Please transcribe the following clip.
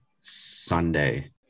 Sunday